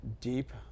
deep